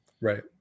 Right